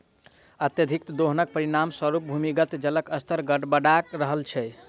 अत्यधिक दोहनक परिणाम स्वरूप भूमिगत जलक स्तर गड़बड़ा रहल छै